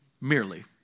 Merely